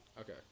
Okay